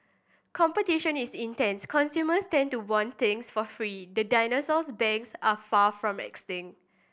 competition is intense consumers tend to want things for free the dinosaurs banks are far from extinct